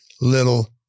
little